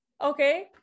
Okay